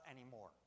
anymore